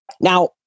Now